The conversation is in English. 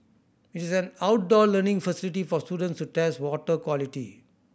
it is an outdoor learning facility for students to test water quality